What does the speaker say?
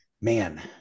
man